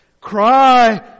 Cry